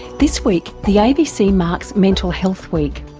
this week the abc marks mental health week.